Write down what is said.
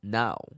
now